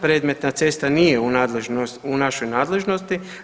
Predmetna cesta nije u našoj nadležnosti.